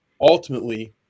ultimately